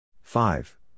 Five